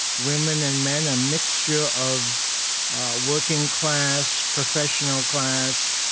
women and men, a mixture of working class, professional class,